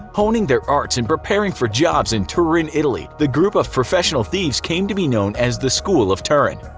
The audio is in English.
honing their arts and preparing for jobs in turin, italy, the group of professional thieves came to be known as the school of turin.